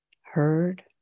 heard